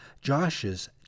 Josh's